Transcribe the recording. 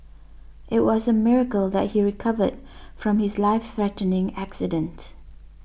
it was a miracle that he recovered from his life threatening accident